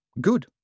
Good